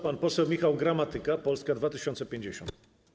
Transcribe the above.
Pan poseł Michał Gramatyka, Polska 2050.